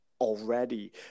already